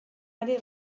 ari